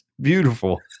Beautiful